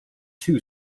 two